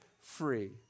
free